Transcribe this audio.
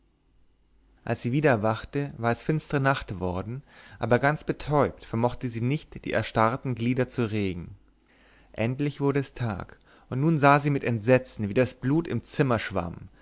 als sie wieder erwachte war es finstre nacht worden aber ganz betäubt vermochte sie nicht die erstarrten glieder zu regen endlich wurde es tag und nun sah sie mit entsetzen wie das blut im zimmer schwamm